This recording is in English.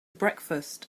breakfast